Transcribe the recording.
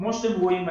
כמו שאתם רואים,